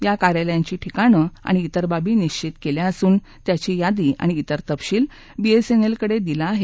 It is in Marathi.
या कार्यालयांची ठिकाणं आणि तेर बाबी निश्वित केल्या असून त्याची यादी आणि तेर तपशील बीएसएनएलकडे दिला आहे